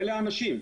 אלה האנשים.